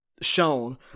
shown